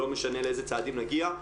לא משנה לאיזה צעדים נגיע.